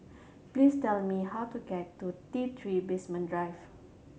please tell me how to get to T Three Basement Drive